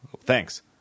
Thanks